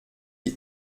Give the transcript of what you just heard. die